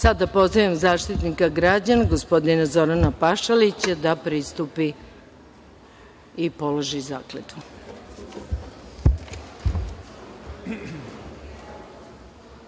rad. Sada pozivam Zaštitnika građana, gospodina Zorana Pašalića, da pristupi i položi